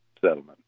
settlement